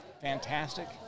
fantastic